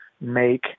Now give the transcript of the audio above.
make